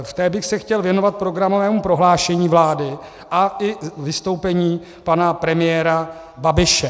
V té bych se chtěl věnovat programovému prohlášení vlády a i vystoupení pana premiéra Babiše.